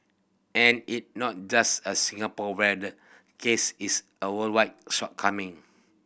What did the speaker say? and it not just a Singapore where the case it's a worldwide shortcoming